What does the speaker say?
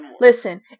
listen